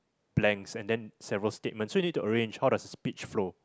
blanks and then several statements so you need to arrange how does the speech flow